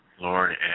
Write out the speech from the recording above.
Lord